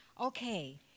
Okay